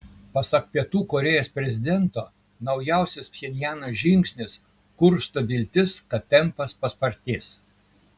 pasak pietų korėjos prezidento naujausias pchenjano žingsnis kursto viltis kad tempas paspartės